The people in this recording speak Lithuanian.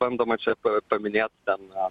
bandoma čia paminėt na